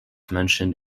mentioned